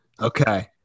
Okay